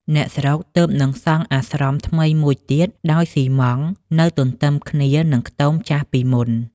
អ្នកស្រុកទើបនឹងសង់អាស្រមថ្មីមួយ ទៀតដោយស៊ីម៉ងត៍ នៅទន្ទឹមគ្នានឹងខ្ទមចាស់ពីមុន ។